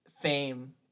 fame